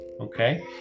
okay